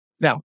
Now